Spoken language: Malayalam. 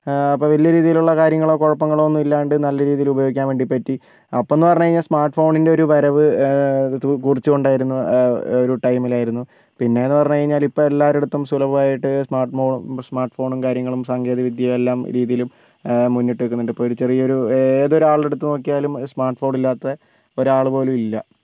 അപ്പോൾ വലിയ രീതിയിലുള്ള കാര്യങ്ങളോ കുഴപ്പങ്ങളോ ഒന്നുമില്ലാണ്ട് നല്ല രീതിയിൽ ഉപയോഗിക്കാൻ വേണ്ടി പറ്റി അപ്പം എന്ന് പറഞ്ഞ് കഴിഞ്ഞാൽ സ്മാർട്ട് ഫോണിൻറ്റെ ഒരു വരവ് കുറിച്ചുകൊണ്ടായിരുന്നു ഒരു ടൈമിൽ ആയിരുന്നു പിന്നെയെന്നു പറഞ്ഞു കഴിഞ്ഞാൽ ഇപ്പോൾ എല്ലാവരുടെയുമടുത്ത് സുലഭമായിട്ട് സ്മാർട്ട് ഫോൺ സ്മാർട്ട് ഫോണും കാര്യങ്ങളും സാങ്കേതികവിദ്യ എല്ലാം രീതിയിലും മുന്നിട്ട് നിൽക്കുന്നുണ്ട് ഇപ്പോൾ ഒരു ചെറിയൊരു ഏതൊരാളുടേ എടുത്തു നോക്കിയാലും സ്മാർട്ട് ഫോൺ ഇല്ലാത്ത ഒരാളു പോലുമില്ല